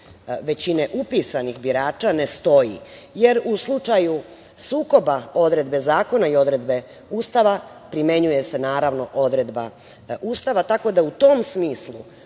većine upisanih birača ne stoji, jer u slučaju sukoba odredbe zakona i odredbe Ustava primenjuje se, naravno, odredba Ustava, tako da u tom smislu